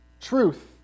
truth